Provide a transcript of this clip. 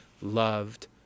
loved